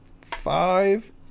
Five